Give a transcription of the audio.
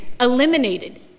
eliminated